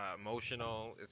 emotional